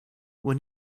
when